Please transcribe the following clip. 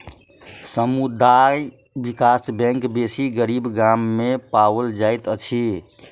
समुदाय विकास बैंक बेसी गरीब गाम में पाओल जाइत अछि